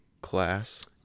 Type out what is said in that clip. class